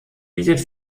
bietet